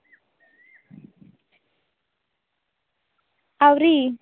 ᱟᱹᱣᱨᱤ